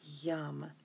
yum